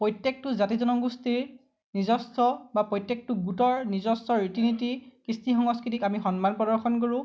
প্ৰত্যেকটো জাতি জনগোষ্ঠীৰ নিজস্ব বা প্ৰত্যেকটো গোটৰ নিজস্ব ৰীতি নীতি কৃষ্টি সংস্কৃতিক আমি সন্মান প্ৰদৰ্শন কৰোঁ